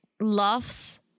loves